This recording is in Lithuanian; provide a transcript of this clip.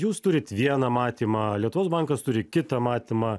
jūs turite vieną matymą lietuvos bankas turi kitą matymą